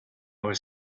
was